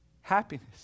happiness